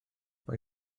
mae